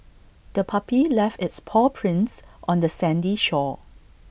the puppy left its paw prints on the sandy shore